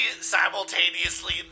simultaneously